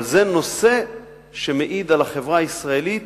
אבל זה נושא שמעיד על החברה הישראלית,